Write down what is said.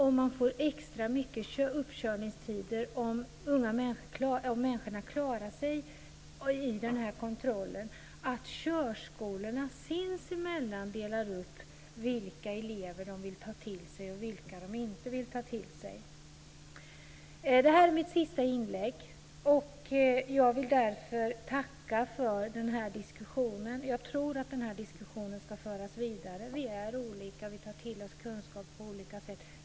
Om man får extra mycket uppkörningstider och om människorna klarar sig i den här kontrollen, är det inte risk att körskolorna sinsemellan delar upp vilka elever de vill ta till sig och vilka de inte vill ta till sig? Det här är mitt sista inlägg. Jag vill därför tacka för den här diskussionen. Jag tror att den ska föras vidare. Vi är olika, vi tar till oss kunskap på olika sätt.